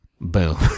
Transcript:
boom